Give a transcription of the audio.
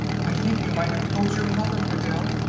i think you might have told your mother, adele.